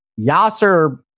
Yasser